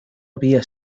había